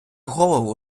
голову